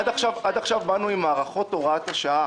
עד עכשיו באנו עם הארכות הוראת השעה.